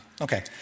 Okay